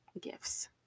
gifts